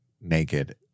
naked